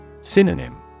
Synonym